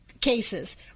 cases